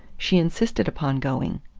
she insisted upon going.